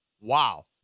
Wow